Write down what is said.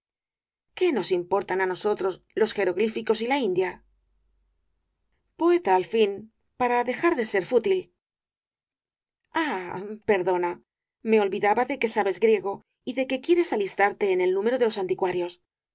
qué nos importan á nosotros los jeroglíficos y la india poeta al fin para dejar de ser fútil ah perdona me olvidaba de que sabes griego y de que quieres distarte en el número de los anticuarios